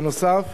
בנוסף,